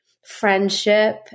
friendship